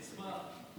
אני אשמח.